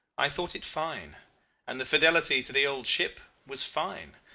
i thought it fine and the fidelity to the old ship was fine.